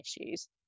issues